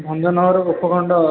ଭଞ୍ଜନଗର ଉପଖଣ୍ଡ